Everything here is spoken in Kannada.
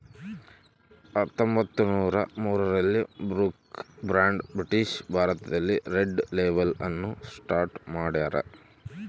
ಹತ್ತೊಂಬತ್ತುನೂರ ಮೂರರಲ್ಲಿ ಬ್ರೂಕ್ ಬಾಂಡ್ ಬ್ರಿಟಿಷ್ ಭಾರತದಲ್ಲಿ ರೆಡ್ ಲೇಬಲ್ ಅನ್ನು ಸ್ಟಾರ್ಟ್ ಮಾಡ್ಯಾರ